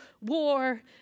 war